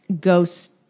ghost